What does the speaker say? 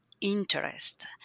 interest